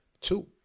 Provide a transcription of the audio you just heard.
two